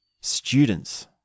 students